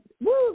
woo